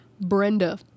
Brenda